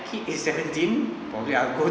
kid is seventeen probably I will go